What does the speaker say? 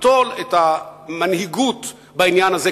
ליטול את המנהיגות בעניין הזה,